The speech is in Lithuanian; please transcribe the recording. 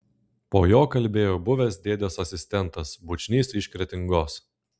po jo kalbėjo buvęs dėdės asistentas bučnys iš kretingos